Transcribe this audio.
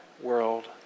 world